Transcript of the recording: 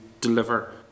deliver